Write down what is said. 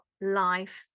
life